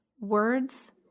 words